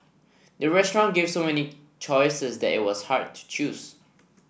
the restaurant gave so many choices that it was hard to choose